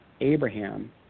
Abraham